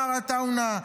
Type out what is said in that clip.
מר עטאונה,